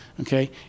okay